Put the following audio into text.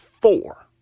four